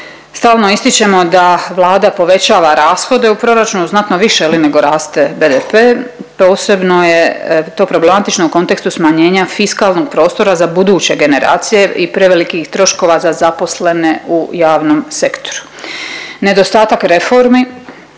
Stalno ističemo da Vlada povećava rashode u proračunu znatno više je li nego raste BDP. Posebno je to problematično u kontekstu smanjenja fiskalnog prostora za buduće generacije i prevelikih troškova za zaposlene u javnom sektoru. Nedostatak reformi